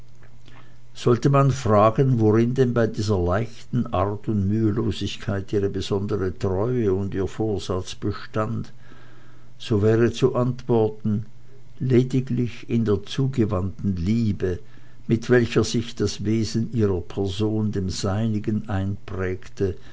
sollte man fragen worin denn bei dieser leichten art und mühelosigkeit ihre besondere treue und ihr vorsatz bestand so wäre zu antworten lediglich in der zugewandten liebe mit welcher sich das wesen ihrer person dem seinigen einprägte